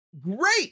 great